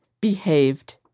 behaved